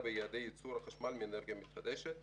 ביעדי ייצור החשמל מאנרגיה מתחדשת.